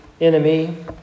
enemy